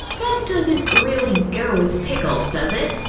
that doesn't really go with pickles does it?